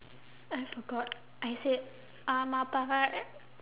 I forgot I said